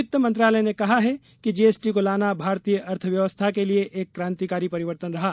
वित्तर मंत्रालय ने कहा है कि जी एस टी को लाना भारतीय अर्थव्यवस्था के लिए एक क्रान्तिकारी परिवर्तन रहा